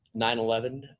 9-11